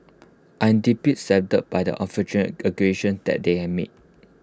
I am deeply saddened by the unfortunate allegations that they have made